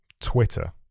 Twitter